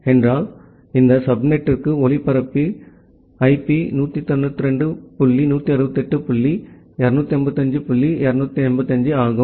எனவே இந்த சப்நெட்டிற்கான ஒளிபரப்பு ஐபி 192 டாட் 168 டாட் 255 டாட் 255 ஆகும்